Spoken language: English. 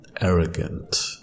arrogant